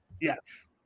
Yes